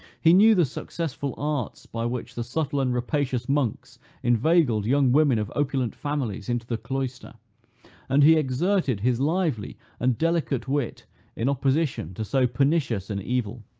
he knew the successful arts by which the subtle and rapacious monks inveigled young women of opulent families into the cloister and he exerted his lively and delicate wit in opposition to so pernicious an and evil.